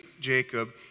Jacob